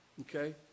okay